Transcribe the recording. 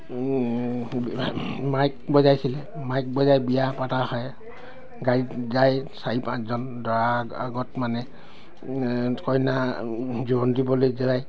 Mike বজাইছিলে mic বজাই বিয়া পতা হয় গাড়ীত যায় চাৰি পাঁচজন দৰা আগত মানে কইনা জোৰোণ দিবলৈ যায়